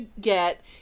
get